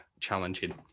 challenging